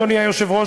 אדוני היושב-ראש,